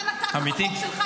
אתה נתת בחוק שלך,